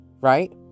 right